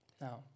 Now